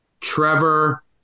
Trevor